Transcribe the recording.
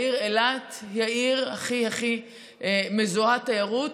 העיר אילת היא העיר הכי הכי מזוהה עם תיירות,